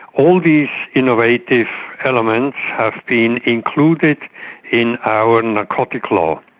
all these innovative elements have been included in our narcotic law.